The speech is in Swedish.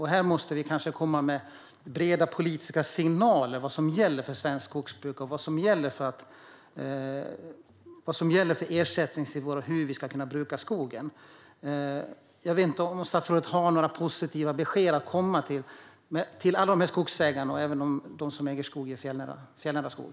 Här måste vi komma med breda politiska signaler om vad som gäller för svenskt skogsbruk i fråga om ersättningsnivåer och hur vi ska kunna bruka skogen. Jag vet inte om statsrådet har några positiva besked att komma med till alla dessa skogsägare och även till dem som äger fjällnära skog.